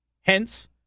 Hence